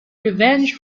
revenge